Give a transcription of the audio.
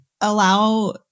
allow